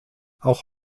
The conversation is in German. auch